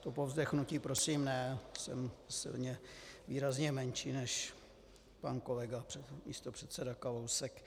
To povzdechnutí prosím ne, jsem výrazně menší než pan kolega místopředseda Kalousek.